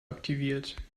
aktiviert